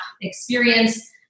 experience